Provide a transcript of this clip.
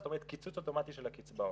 זאת אומרת קיצוץ אוטומטי של הקצבאות.